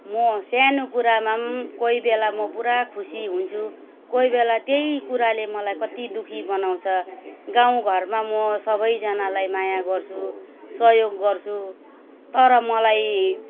म सानो कुरामा कोही बेला म पुरा खुसी हुन्छु कोही बेला त्यही कुराले मलाई कति दुःखी बनाउँछ गाउँ घरमा म सबैजनालाई माया गर्छु सहयोग गर्छु तर मलाई